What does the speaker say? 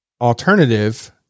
alternative